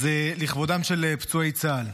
לכבודם של פצועי צה"ל.